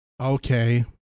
Okay